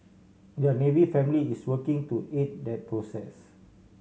their Navy family is working to aid that process